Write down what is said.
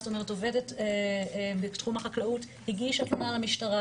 זאת אומרת עובדת בתחום החקלאות הגישה תלונה למשטרה